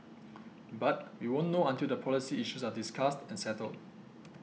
but we won't know until the policy issues are discussed and settled